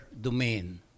domain